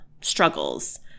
struggles